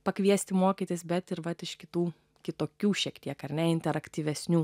pakviesti mokytis bet ir vat iš kitų kitokių šiek tiek ar ne interaktyvesnių